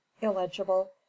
illegible